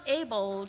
able